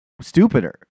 stupider